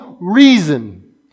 reason